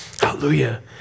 hallelujah